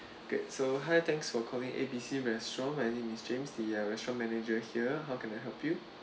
okay so hi thanks for calling A B C restaurant my name is james I'm the restaurant manager here how can I help you